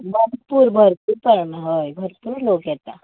भरपूर भरपूर प्र हय भरपूर लोक येतात